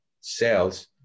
sales